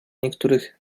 niektórych